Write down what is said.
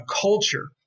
culture